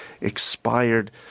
expired